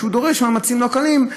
שדורש מאמצים לא קלים,